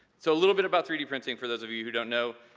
so a little bit about three d printing for those of you who don't know,